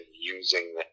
using